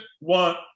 want